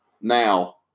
now